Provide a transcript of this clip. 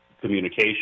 communication